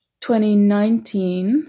2019